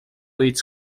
its